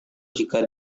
jika